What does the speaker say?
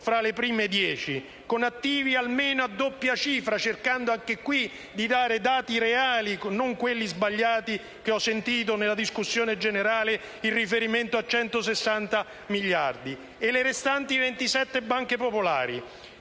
fra le prime dieci con attivi almeno a doppia cifra - cercando, anche qui, di dare dati reali, e non quelli sbagliati che ho sentito nella discussione generale in riferimento a 160 miliardi - e le restanti 27 banche popolari.